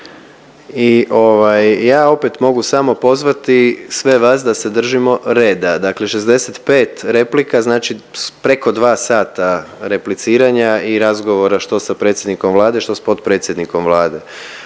ja opet mogu samo pozvati sve vas da se držimo reda. Dakle 65 replika, znači preko 2 sata repliciranja i razgovora, što sa predsjednikom Vlade, što s potpredsjednikom Vlade.